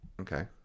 Okay